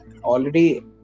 Already